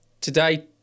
today